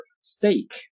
steak